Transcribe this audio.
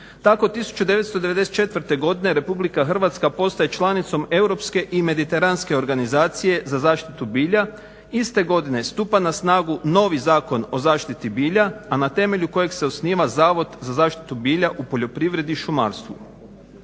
Tako 1994. godine Republika Hrvatska postaje članicom europske i mediteranske organizacije za zaštitu bilja. Iste godine stupa na snagu novi Zakon o zaštiti bilja a na temelju kojih se osniva Zavod za zaštitu bilja u poljoprivredi i šumarstvu.